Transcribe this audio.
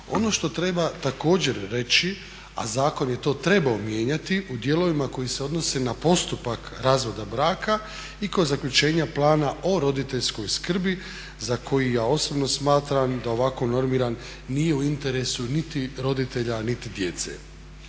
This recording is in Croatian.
Ono što treba također reći a zakon je to trebao mijenjati u dijelovima koji se odnose na postupak razvoda braka i kod zaključenja plana o roditeljskoj skrbi za koji ja osobno smatram da ovako normiran nije u interesu niti roditelja niti djece.